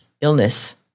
illness